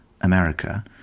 America